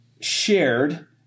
shared